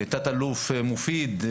תת אלוף מופיד,